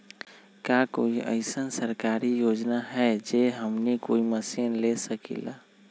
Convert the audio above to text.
का कोई अइसन सरकारी योजना है जै से हमनी कोई मशीन ले सकीं ला?